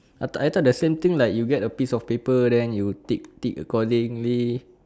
I thought I thought the same thing like you get a piece of paper then you tick tick accordingly